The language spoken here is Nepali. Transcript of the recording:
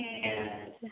ए हजुर